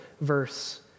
verse